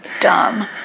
Dumb